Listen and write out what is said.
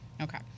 okay